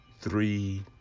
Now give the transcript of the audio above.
three